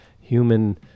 human